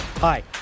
Hi